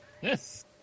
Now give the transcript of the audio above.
Yes